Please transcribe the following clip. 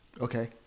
Okay